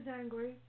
angry